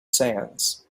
sands